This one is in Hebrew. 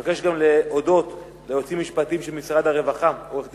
אבקש גם להודות ליועצים המשפטיים של משרד הרווחה,